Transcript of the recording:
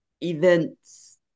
events